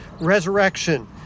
resurrection